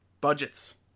budgets